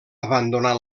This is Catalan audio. abandonar